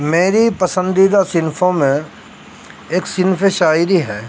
میری پسندیدہ صنفوں میں ایک صنف شاعری ہے